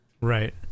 Right